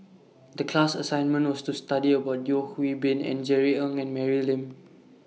The class assignment was to study about Yeo Hwee Bin and Jerry Ng and Mary Lim